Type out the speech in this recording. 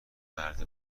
مرد